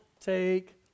take